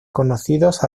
conocidos